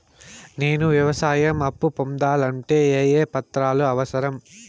నేను వ్యవసాయం అప్పు పొందాలంటే ఏ ఏ పత్రాలు అవసరం?